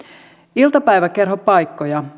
iltapäiväkerhopaikkoja